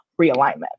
realignment